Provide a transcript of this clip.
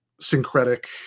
syncretic